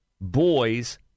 boys